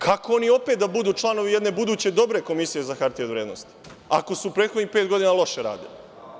Kako oni opet da budu članovi jedne buduće dobre Komisije za hartije od vrednosti, ako su prethodnih pet godina loše radili?